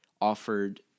offered